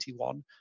2021